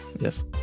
Yes